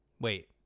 Wait